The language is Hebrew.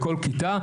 בכל כיתה,